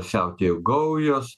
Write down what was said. siautėjo gaujos